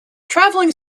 traveling